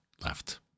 left